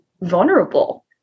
vulnerable